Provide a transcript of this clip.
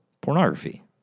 pornography